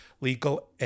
Legal